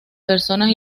personas